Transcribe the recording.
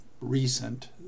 recent